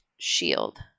Shield